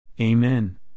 Amen